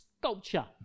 sculpture